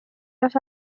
osa